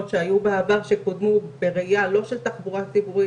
שכל מה שדיברנו,